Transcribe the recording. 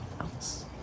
else